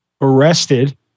arrested